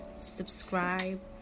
subscribe